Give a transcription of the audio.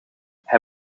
hij